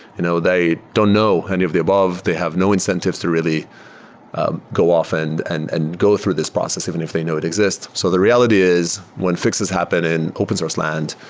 you know they don't know any of the above. they have no incentive to really ah go often and and go through this process even if they know it exists. so the reality is when fixes happen in open source land,